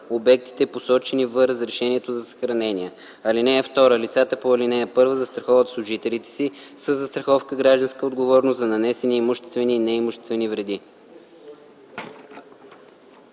обектите, посочени в разрешението за съхранение. (2) Лицата по ал. 1 застраховат служителите си със застраховка „Гражданска отговорност” за нанесени имуществени и неимуществени вреди.”